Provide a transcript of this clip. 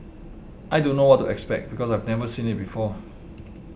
I don't know what to expect because I've never seen it before